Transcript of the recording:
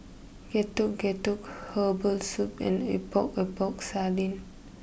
Getuk Getuk Herbal Soup and Epok Epok Sardin